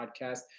podcast